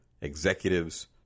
executives